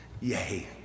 Yay